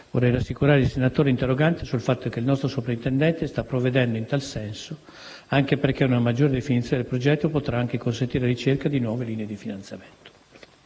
Vorrei rassicurare il senatore interrogante sul fatto che il nostro soprintendente sta provvedendo in tal senso, anche perché una maggior definizione del progetto potrà consentire la ricerca di nuove linee di finanziamento.